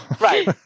Right